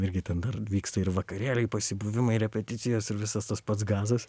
irgi ten dar vyksta ir vakarėliai pasibuvimai repeticijos ir visas tas pats gazas